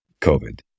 COVID